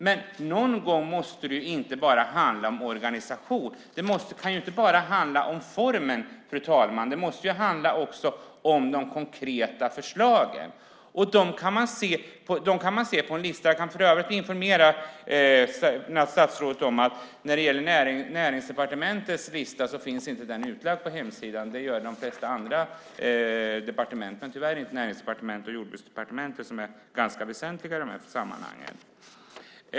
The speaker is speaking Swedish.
Men någon gång måste det inte bara handla om organisation. Det kan inte bara handla om formen. Det måste också handla om de konkreta förslagen. Dem kan man se på en lista. Jag kan för övrigt informera statsrådet om att Näringsdepartementets lista inte finns utlagd på hemsidan. Det gör de flesta andra departements men tyvärr inte de från Näringsdepartementet och Jordbruksdepartementet som är rätt väsentliga i de här sammanhangen.